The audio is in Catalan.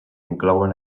inclouen